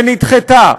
ונדחתה,